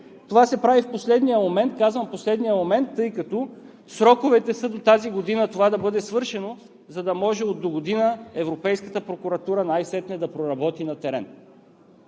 това се прави в последния момент. Казвам: „в последния момент“, тъй като сроковете това да бъде свършено са до тази година, за да може от догодина Европейската прокуратура най-сетне да проработи на терен.